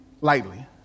lightly